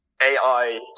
AI